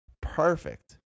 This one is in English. perfect